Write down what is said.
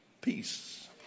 Peace